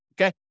Okay